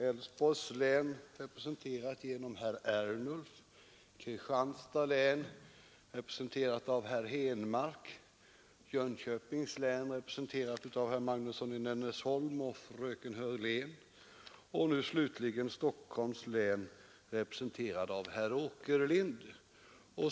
Älvsborgs län har representerats av herr Ernulf, Kristianstads län har representerats av herr Henmark, Jönköpings län av herr Magnusson i Nennesholm och fröken Hörlén och slutligen var herr Åkerlind uppe, som representant för Stockholms län.